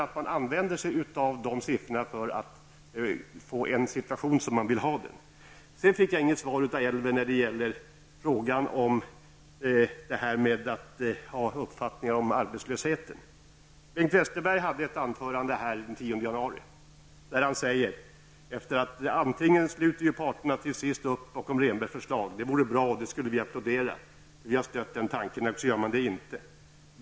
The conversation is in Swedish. Man skall använda sig av dessa siffror för att förbättra situationen. Jag fick inget svar av Elver Jonsson på frågan om att ha uppfattningar om arbetslösheten. Bengt Westerberg höll ett anförande här i kammaren den 10 januari. Han sade: ''Antingen sluter ju parterna till sist upp bakom Rehnbergs förslag -- det vore bra och det skulle vi applådera, för vi har stött den tanken -- eller också gör de inte det.